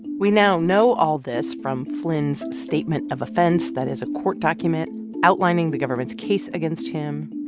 we now know all this from flynn's statement of offense. that is a court document outlining the government's case against him.